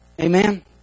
Amen